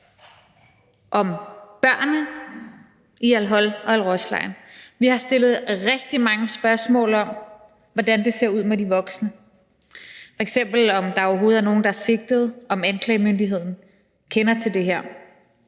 om børnene i al-Hol-lejren og i al-Roj-lejren. Vi har stillet rigtig mange spørgsmål om, hvordan det ser ud med de voksne, f.eks. om der overhovedet er nogen, der er sigtet, og om anklagemyndigheden kender til det her.